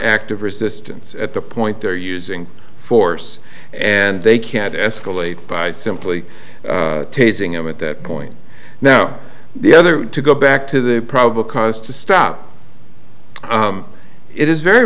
active resistance at the point they're using force and they can't escalate by simply tasing him at that point now the other to go back to the probable cause to stop it is very